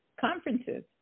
conferences